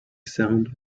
sound